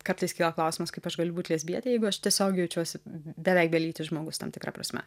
kartais kyla klausimas kaip aš galiu būt lesbietė jeigu aš tiesiog jaučiuosi beveik belytis žmogus tam tikra prasme